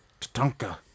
tatanka